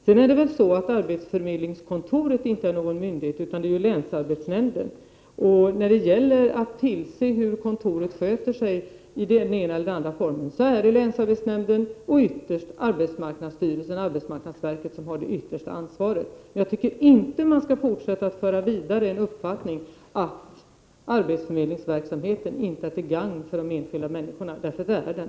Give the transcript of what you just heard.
Vidare är arbetsförmedlingskontoret inte någon myndighet, utan det är länsarbetsnämnden som har den funktionen. När det gäller att tillse hur kontoret sköter sig i olika avseenden är det länsarbetsnämnden och ytterst arbetsmarknadsstyrelsen-arbetsmarknadsverket som har ansvaret. Jag tycker dock inte att man skall fortsätta att föra den uppfattningen vidare att arbetsförmedlingsverksamheten inte är till gagn för de enskilda människorna —- det är den.